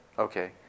Okay